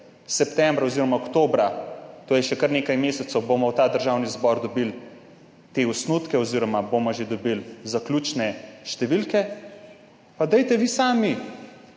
septembra oziroma oktobra, to je še kar nekaj mesecev, bomo v ta Državni zbor dobili te osnutke oziroma bomo že dobili zaključne številke pa dajte vi sami